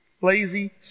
lazy